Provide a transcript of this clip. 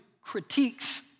critiques